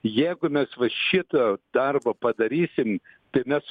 jeigu mes va šitą darbą padarysim tai mes